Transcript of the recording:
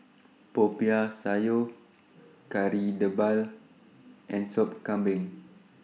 Popiah Sayur Kari Debal and Soup Kambing